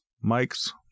Mike's